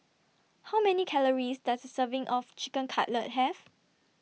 How Many Calories Does A Serving of Chicken Cutlet Have